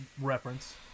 reference